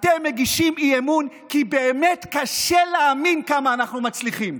אתם מגישים אי-אמון כי באמת קשה להאמין כמה אנחנו מצליחים.